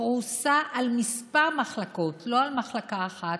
פרוסה על כמה מחלקות ולא על מחלקה אחת,